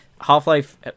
Half-Life